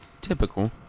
Typical